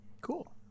cool